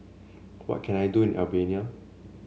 what can I do in Albania